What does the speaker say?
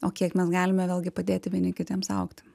o kiek mes galime vėlgi padėti vieni kitiems augti